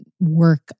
work